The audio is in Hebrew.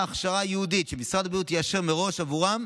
הכשרה ייעודית שמשרד הבריאות יאשר מראש עבורם,